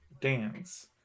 dance